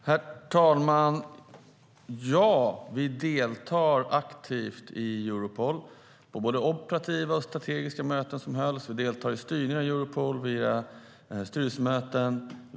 Herr talman! Ja, vi deltar aktivt i Europol i både operativa och strategiska möten. Vi deltar i styrningen av Europol via styrelsemöten.